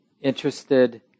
interested